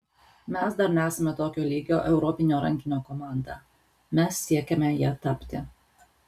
mes dar nesame tokio lygio europinio rankinio komanda mes siekiame ja tapti